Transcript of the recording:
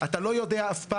אתה לא יודע אף פעם.